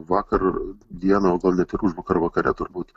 vakar dieną o gal net ir užvakar vakare turbūt